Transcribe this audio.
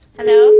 Hello